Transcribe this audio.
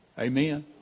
Amen